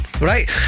right